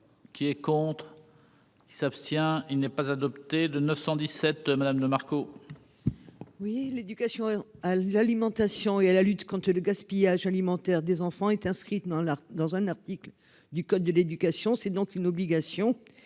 qui est contre. Il s'abstient, il n'est pas adopté de 917 Madame de Marco. Oui, l'éducation à l'alimentation et à la lutte contre le gaspillage alimentaire des enfants est inscrite dans la, dans un article du code de l'éducation, c'est donc une obligation,